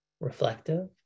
reflective